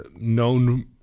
known